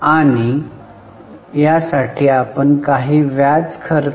आणि यासाठी आपण काही व्याज खर्च असल्यास व्याज उत्पन्न जोडणार आहोत